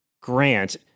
Grant